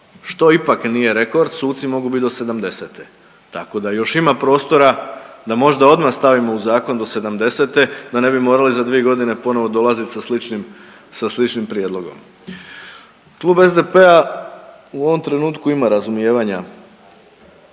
što ipak nije rekord, suci mogu biti do 70. tako da još ima prostora da odmah stavimo u zakon do 70. da ne bi morali za dvije godine ponovno dolazit sa sličnim prijedlogom. Klub SDP-a u ovom trenutku ima razumijevanja